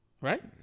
Right